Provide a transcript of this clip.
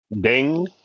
Ding